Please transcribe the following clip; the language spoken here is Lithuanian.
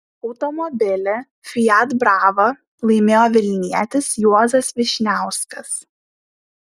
automobilį fiat brava laimėjo vilnietis juozas vyšniauskas